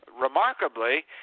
remarkably